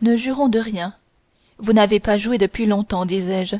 ne jurons de rien vous n'avez pas joué depuis longtemps disais-je